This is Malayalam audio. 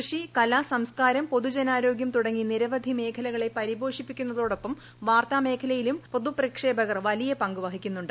കൃഷി കല സംസ്കാരം പൊതുജനാരോഗൃം തുടങ്ങി നിരവധി മേഖലകളെ പരിപോഷിപ്പിക്കുന്നതോടൊപ്പം വാർത്താമേഖലയിലും പൊതുപ്രക്ഷേപകർ വലിയ പങ്ക് വഹിക്കുന്നുണ്ട്